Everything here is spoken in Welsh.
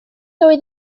oedd